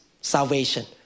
salvation